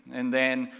and then,